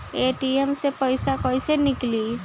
ATM से पैसा कैसे नीकली?